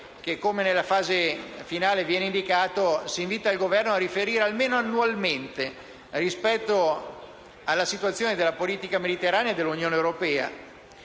che, come nella fase finale viene indicato, si invita il Governo a riferire almeno annualmente rispetto alla situazione della politica mediterranea e dell'Unione europea.